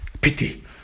pity